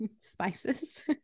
spices